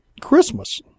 Christmas